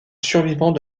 survivant